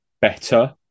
better